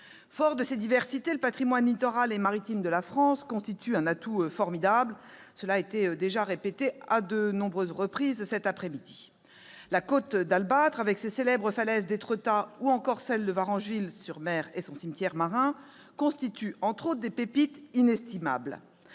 fort de ses diversités, le patrimoine littoral et maritime de la France constitue un atout formidable, cela a été souligné à de nombreuses reprises cet après-midi. La Côte d'Albâtre, avec les célèbres falaises d'Étretat ou encore celles de Varengeville-sur-Mer surmontées du cimetière marin, compte ainsi des pépites inestimables.